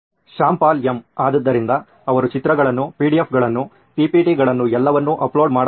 Shyam Pal M ಆದ್ದರಿಂದ ಅವರು ಚಿತ್ರಗಳನ್ನು PDFಗಳನ್ನು PPTಗಳನ್ನು ಎಲ್ಲವನ್ನೂ ಅಪ್ಲೋಡ್ ಮಾಡಬಹುದು